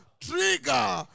trigger